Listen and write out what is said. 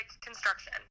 construction